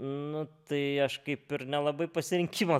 nu tai aš kaip ir nelabai pasirinkimo